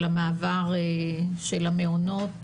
של המעבר של המעונות,